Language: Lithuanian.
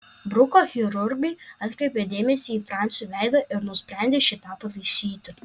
bruko chirurgai atkreipė dėmesį į fransio veidą ir nusprendė šį tą pataisyti